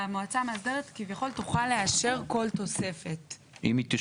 המועצה המאסדרת כביכול תוכל לאשר כל תוספת -- אם היא תשוכנע,